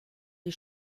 die